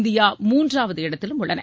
India மூன்றாவது இடத்திலும் உள்ளன